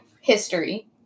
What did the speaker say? history